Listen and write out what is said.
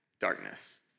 darkness